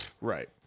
right